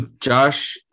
Josh